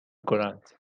کنند